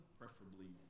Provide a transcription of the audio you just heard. preferably